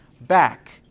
back